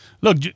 look